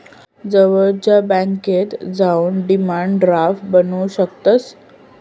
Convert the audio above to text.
जवळच्या बॅन्केत जाऊन डिमांड ड्राफ्ट बनवू शकतंस